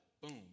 boom